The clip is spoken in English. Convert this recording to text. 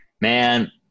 Man